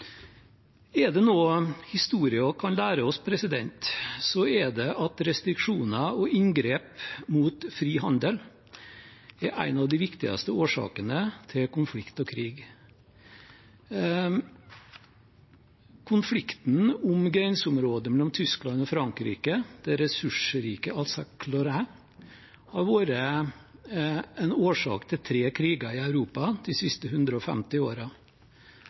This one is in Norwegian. Er det noe historien kan lære oss, er det at restriksjoner og inngrep mot fri handel er en av de viktigste årsakene til konflikt og krig. Konflikten om grenseområdet mellom Tyskland og Frankrike, det ressursrike Alsace-Lorraine, har vært en årsak til tre kriger i Europa de siste 150